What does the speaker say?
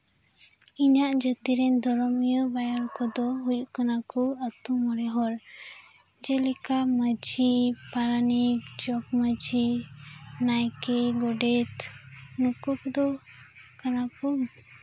ᱤᱧᱟᱹᱜ ᱡᱟᱹᱛᱤ ᱨᱮᱱ ᱫᱷᱚᱨᱚᱢᱤᱭᱟᱹ ᱵᱟᱭᱟᱨ ᱠᱚᱫᱚ ᱠᱚ ᱦᱩᱭᱩᱜ ᱠᱟᱱᱟ ᱟᱛᱳ ᱢᱚᱬᱮ ᱦᱚᱲ ᱡᱮᱞᱮᱠᱟ ᱢᱟᱹᱡᱷᱤ ᱯᱟᱨᱟᱱᱤᱠ ᱡᱚᱜᱽᱢᱟᱹᱡᱷᱤ ᱱᱟᱭᱠᱮ ᱜᱚᱰᱮᱛ ᱱᱩᱠᱩ ᱠᱚᱫᱚ ᱠᱟᱱᱟ ᱠᱚ